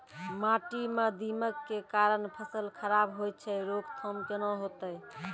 माटी म दीमक के कारण फसल खराब होय छै, रोकथाम केना होतै?